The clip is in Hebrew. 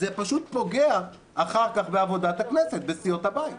זה פשוט פוגע אחר כך בעבודת הכנסת בסיעות הבית.